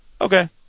okay